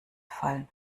fallen